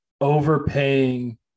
overpaying